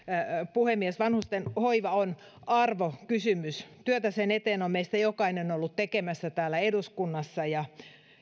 puhemies vanhustenhoiva on arvokysymys työtä sen eteen on meistä jokainen ollut tekemässä täällä eduskunnassa ja